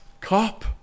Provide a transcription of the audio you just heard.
cop